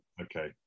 Okay